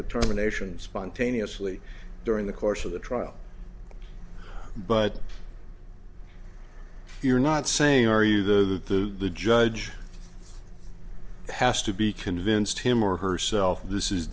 determination spontaneously during the course of the trial but you're not saying are you though that the the judge has to be convinced him or herself this is